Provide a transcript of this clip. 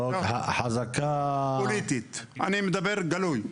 אני מדבר גלוי,